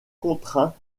contraint